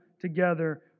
together